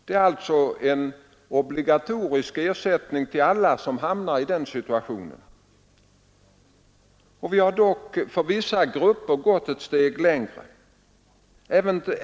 Det är alltså en obligatorisk ersättning till alla som hamnar i den situationen. Vi har dock för vissa grupper gått ett steg längre.